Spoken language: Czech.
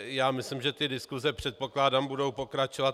Já myslím, že ty diskuse, předpokládám, budou pokračovat.